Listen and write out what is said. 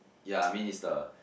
ya I mean is the